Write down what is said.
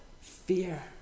fear